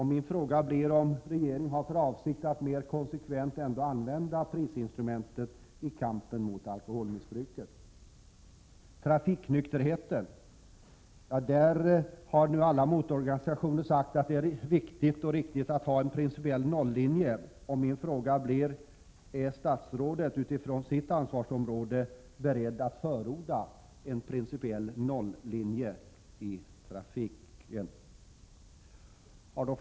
Har regeringen för avsikt att mer konsekvent ändå använda prisinstrumentet i kampen mot alkoholmissbruket? När det gäller trafiknykterheten har företrädare för motororganisationerna sagt att det är viktigt och riktigt att ha en principiell nollinje. Är statsrådet, utifrån sitt ansvarsområde, beredd att förorda en principiell nollinje i trafiken?